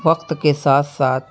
وقت کے ساتھ ساتھ